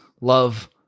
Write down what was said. love